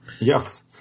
Yes